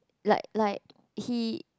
like like he